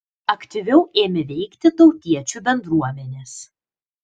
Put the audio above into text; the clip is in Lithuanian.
aktyviau ėmė veikti tautiečių bendruomenės